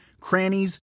crannies